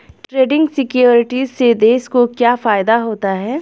Trading securities से देश को क्या फायदा होता है?